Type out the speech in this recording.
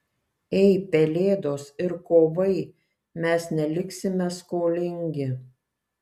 ei pelėdos ir kovai mes neliksime skolingi